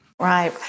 Right